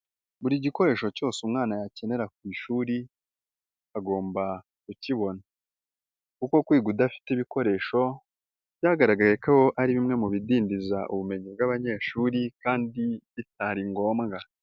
Buri gikoresho cyose umwana yakenera ku ishuri agomba kukibona, kuko kwiga udafite ibikoresho byagaragaye ko ari bimwe mu bidindiza ubumenyi bw'abanyeshuri kandi bitari ngombwa.